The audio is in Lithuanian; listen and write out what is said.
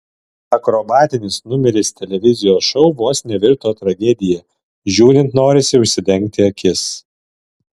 akrobatinis numeris televizijos šou vos nevirto tragedija žiūrint norisi užsidengti akis